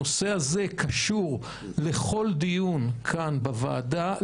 הנושא הזה קשור לכל דיון כאן בוועדה,